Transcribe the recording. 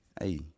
hey